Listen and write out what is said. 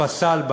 שבג"ץ פסל,